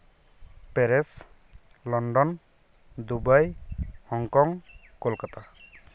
Paris London Dubai Hong Kong Kolkata